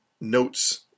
notes